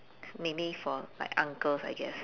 maybe for like uncles I guess